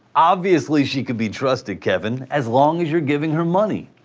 obviously she can be trusted, kevin, as long as you're giving her money!